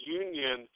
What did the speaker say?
union